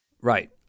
Right